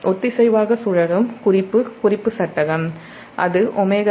ஒத்திசைவாக சுழலும் குறிப்பு சட்டகம் அது ωst